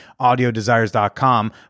Audiodesires.com